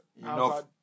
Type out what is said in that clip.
enough